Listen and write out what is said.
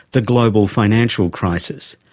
the global financial crisis.